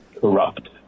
corrupt